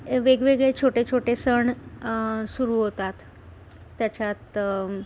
वेगवेगळे छोटे छोटे सण सुरू होतात त्याच्यात